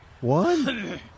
One